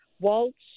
Waltz